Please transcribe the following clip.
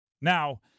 Now